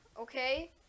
Okay